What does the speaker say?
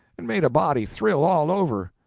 and made a body thrill all over,